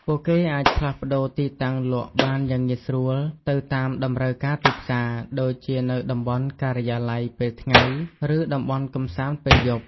ពួកគេអាចផ្លាស់ប្តូរទីតាំងលក់បានយ៉ាងងាយស្រួលទៅតាមតម្រូវការទីផ្សារ ដូចជានៅតំបន់ការិយាល័យពេលថ្ងៃ ឬតំបន់កម្សាន្តពេលយប់។